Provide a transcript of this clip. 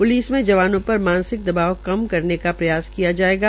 police में जवानों पर मानसिक दबाव कम करने का प्रयास किया जायेगा